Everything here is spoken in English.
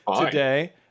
today